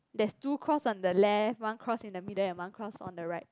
there's two cross on the left one cross in the middle and one cross on the right